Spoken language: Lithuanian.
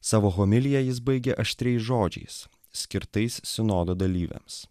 savo homiliją jis baigė aštriais žodžiais skirtais sinodo dalyviams